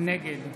נגד